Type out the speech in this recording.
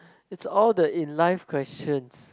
is all the in life question